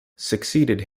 succeeded